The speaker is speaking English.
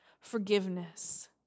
forgiveness